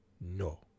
No